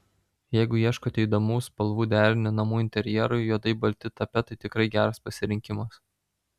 jeigu ieškote įdomaus spalvų derinio namų interjerui juodai balti tapetai tikrai geras pasirinkimas